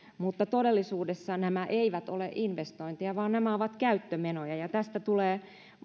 mutta todellisuudessa nämä eivät ole investointeja vaan nämä ovat käyttömenoja ja tästä tulee